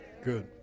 good